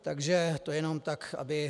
Takže to jenom tak, aby...